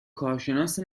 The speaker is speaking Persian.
کارشناس